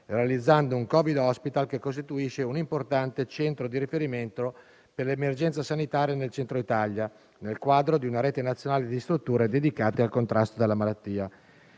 realizzando un Covid *hospital* che costituisce un importante centro di riferimento per l'emergenza sanitaria nel Centro Italia, nel quadro di una rete nazionale di strutture dedicate al contrasto della malattia.